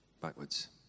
backwards